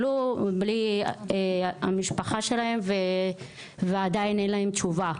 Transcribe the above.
עלו בלי המשפחה שלהם ועדיין אין להם תשובה,